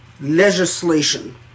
legislation